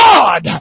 God